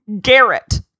Garrett